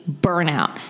burnout